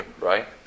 right